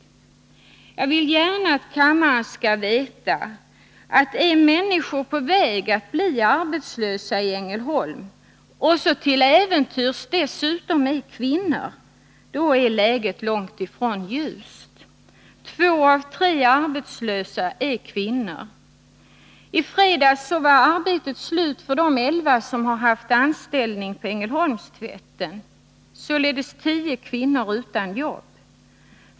Jag vill gärna att kammaren skall veta att om människor är på väg att bli arbetslösa i Ängelholm, och om de dessutom till äventyrs är kvinnor, då är läget långtifrån ljust. Två av tre arbetslösa är kvinnor. I fredags var arbetet slut för de elva som haft anställning på Ängelholmstvätten — således tio kvinnor utan jobb.